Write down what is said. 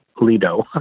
Lido